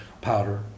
powder